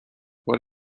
what